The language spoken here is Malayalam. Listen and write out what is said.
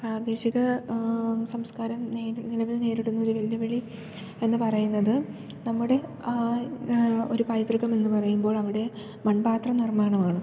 പ്രാദേശിക സംസ്കാരം നേരിൽ നിലവിൽ നേരിടുന്നൊരു വെല്ലുവിളി എന്നുപറയുന്നത് നമ്മുടെ ഒരു പൈതൃകം എന്നുപറയുമ്പോളവിടെ മൺപാത്ര നിർമ്മാണമാണ്